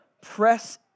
press